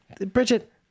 Bridget